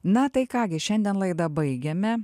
na tai ką gi šiandien laidą baigiame